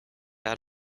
out